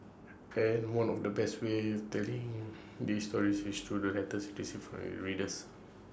and one of the best ways telling these stories is through the letters IT receives from readers